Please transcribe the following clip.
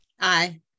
Aye